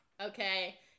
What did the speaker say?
Okay